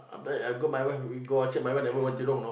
I go my wife we go Orchard my wife never wear tudung you know